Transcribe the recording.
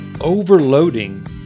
overloading